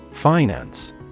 Finance